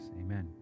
amen